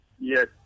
Yes